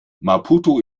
maputo